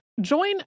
Join